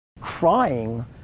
crying